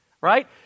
right